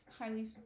Highly